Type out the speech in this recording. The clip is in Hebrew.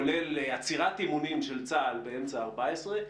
כולל עצירת אימונים של צה"ל באמצע 2014,